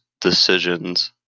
decisions